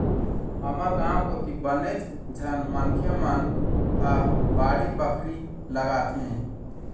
हमर गाँव कोती बनेच झन मनखे मन ह बाड़ी बखरी लगाथे